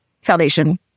foundation